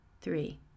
Three